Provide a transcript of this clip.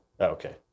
Okay